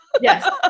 Yes